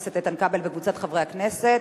לסטודנטיות),